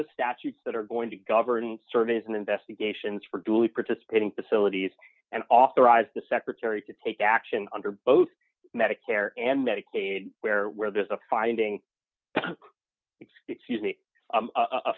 the statutes that are going to govern surveys and investigations for duly participating facilities and authorize the secretary to take action under both medicare and medicaid where there's a finding excuse me